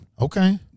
Okay